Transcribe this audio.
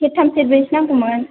सेरथाम सेरब्रैसो नांगौमोन